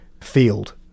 field